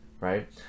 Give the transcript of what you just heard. right